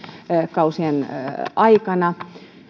kausien aikana